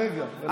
רגע, רגע.